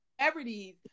celebrities